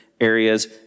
areas